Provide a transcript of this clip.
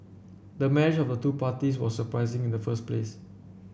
the marriage of two parties was surprising in the first place